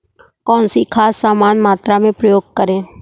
कौन सी खाद समान मात्रा में प्रयोग करें?